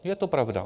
Je to pravda.